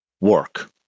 work